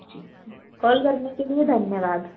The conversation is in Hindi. जी कॉल करने के लिए धन्यवाद